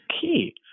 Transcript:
key